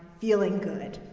feeling good.